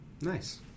Nice